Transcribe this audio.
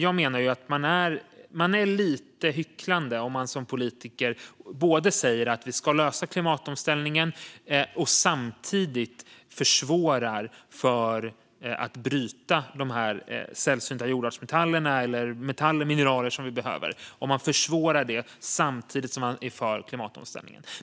Jag menar att man hycklar lite om man som politiker säger att man är för klimatomställningen och samtidigt försvårar för att bryta de sällsynta jordartsmetallerna eller andra metaller och mineral som vi behöver.